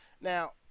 Now